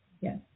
Yes